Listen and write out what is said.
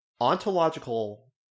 Ontological